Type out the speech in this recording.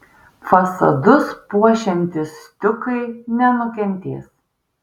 fasadus puošiantys stiukai nenukentės